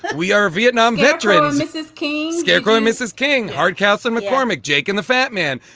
we are a vietnam veterans. mrs. keyes, yeah graham, mrs. king, hardcastle, mccormick, jake and the fat man.